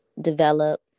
develop